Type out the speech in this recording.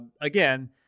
Again